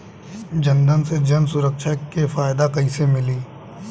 जनधन से जन सुरक्षा के फायदा कैसे मिली?